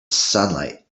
sunlight